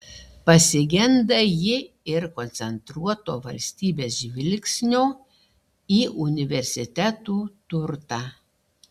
pasigenda ji ir koncentruoto valstybės žvilgsnio į universitetų turtą